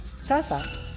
Sasa